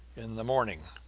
in the morning.